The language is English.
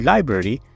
Library